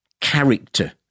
character